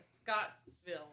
Scottsville